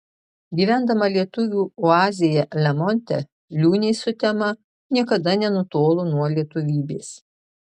gyvendama lietuvių oazėje lemonte liūnė sutema niekada nenutolo nuo lietuvybės